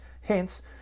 hence